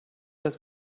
das